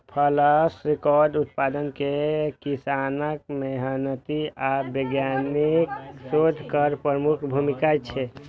फसलक रिकॉर्ड उत्पादन मे किसानक मेहनति आ वैज्ञानिकक शोध केर प्रमुख भूमिका छै